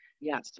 yes